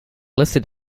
listed